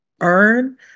earn